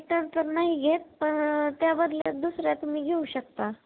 return तर नाही घेत पण त्या बदल्यात दुसऱ्या तुम्ही घेऊ शकता